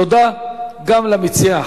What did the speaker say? תודה גם למציע,